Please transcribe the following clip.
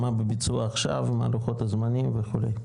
מה בביצוע עכשיו ומה לוחות הזמנים וכו'?